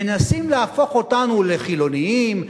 מנסים להפוך אותנו לחילונים,